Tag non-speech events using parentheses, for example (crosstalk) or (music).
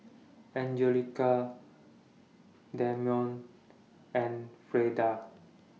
(noise) Anjelica Dameon and Frieda